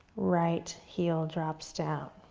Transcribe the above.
right heel drops down.